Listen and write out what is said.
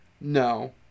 No